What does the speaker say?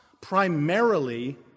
primarily